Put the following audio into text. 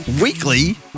weekly